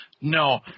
No